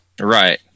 right